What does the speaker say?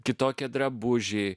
kitokie drabužiai